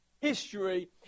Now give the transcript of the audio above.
history